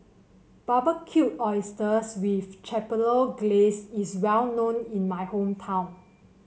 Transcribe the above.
Barbecued Oysters with Chipotle Glaze is well known in my hometown